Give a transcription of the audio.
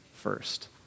first